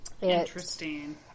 Interesting